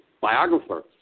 biographer